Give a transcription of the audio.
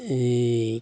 ओइ